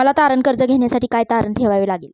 मला तारण कर्ज घेण्यासाठी काय तारण ठेवावे लागेल?